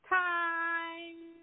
time